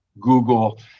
Google